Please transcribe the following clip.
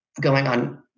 going-on